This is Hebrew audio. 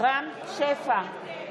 רם שפע,